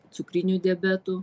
cukriniu diabetu